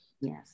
Yes